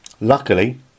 Luckily